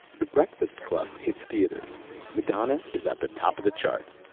the breakfast club hits theaters madonna is at the top of the charts.